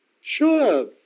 Sure